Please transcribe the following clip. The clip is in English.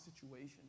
situation